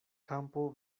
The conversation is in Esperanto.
kampo